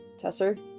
Tesser